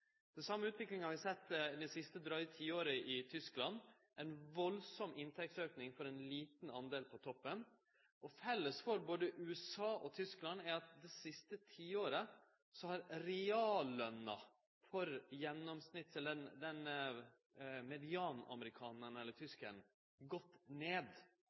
Den same utviklinga har vi sett det siste dryge tiåret i Tyskland. Det har vore ein veldig stor inntektsauke for ein liten del på toppen. Felles for både USA og Tyskland er at det siste tiåret har reallønna for medianamerikanaren eller -tyskaren gått ned.